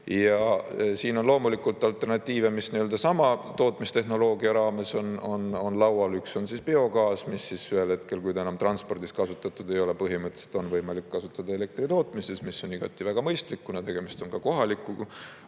Siin on loomulikult alternatiive, mis sama tootmistehnoloogia raames on laual. Üks on biogaas, mida ühel hetkel, kui ta enam transpordis kasutatud ei ole, põhimõtteliselt on võimalik kasutada elektritootmises. See on igati mõistlik, kuna tegemist on kohaliku